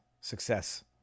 success